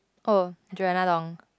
oh Joanna-Long